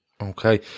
Okay